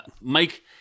mike